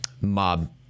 mob